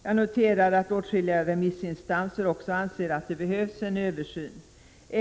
Jag noterar att åtskilliga remissinstanser också anser att det behövs en översyn.